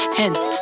hence